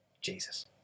Jesus